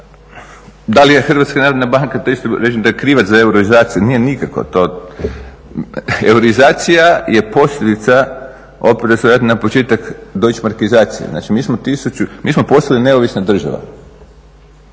da to isto kažem, da je krivac za euroizaciju, nije nikako. Euroizacija je posljedica, opet da se vratim na početak, deutschmarkizacije, znači mi smo postali neovisna država